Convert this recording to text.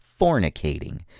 fornicating